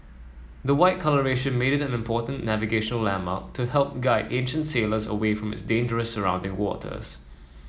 the white colouration made it an important navigational landmark to help guide ancient sailors away from its dangerous surrounding waters